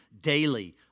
daily